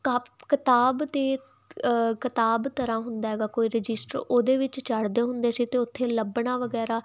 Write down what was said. ਕਪ ਕਿਤਾਬ ਦੇ ਕਿਤਾਬ ਤਰ੍ਹਾਂ ਹੁੰਦਾ ਹੈਗਾ ਕੋਈ ਰਜਿਸਟਰ ਉਹਦੇ ਵਿੱਚ ਚੜ੍ਹਦੇ ਹੁੰਦੇ ਸੀ ਅਤੇ ਉੱਥੇ ਲੱਭਣਾ ਵਗੈਰਾ